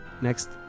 Next